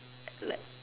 uh like